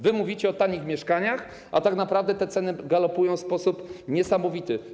Wy mówicie o tanich mieszkaniach, a tak naprawdę te ceny galopują w sposób niesamowity.